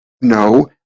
no